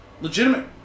Legitimate